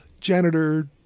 janitor